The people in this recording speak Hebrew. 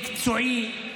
מקצועי,